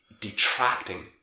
Detracting